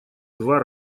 два